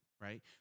Right